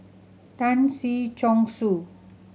Tan Si Chong Su